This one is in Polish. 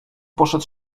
poszedł